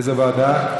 איזו ועדה?